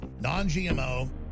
non-GMO